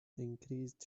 increased